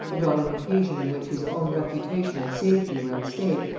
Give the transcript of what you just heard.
and on an occasion in which his own reputation and safety were at stake,